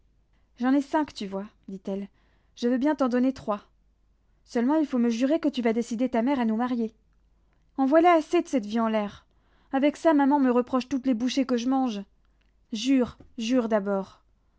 j'en ai cinq tu vois dit-elle je veux bien t'en donner trois seulement il faut me jurer que tu vas décider ta mère à nous marier en voilà assez de cette vie en l'air avec ça maman me reproche toutes les bouchées que je mange jure jure d'abord